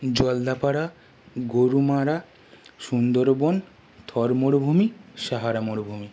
জলদাপাড়া গরুমারা সুন্দরবন থর মরুভূমি সাহারা মরুভূমি